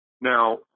Now